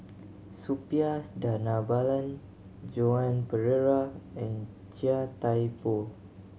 Suppiah Dhanabalan Joan Pereira and Chia Thye Poh